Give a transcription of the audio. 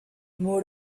moved